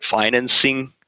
financing